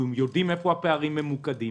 אנחנו יודעים איפה הפערים ממוקדים,